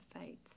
faith